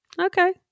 Okay